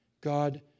God